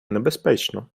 небезпечно